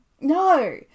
no